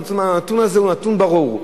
הנתון הזה הוא נתון ברור: